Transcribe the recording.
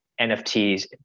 NFTs